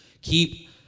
Keep